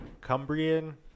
Cumbrian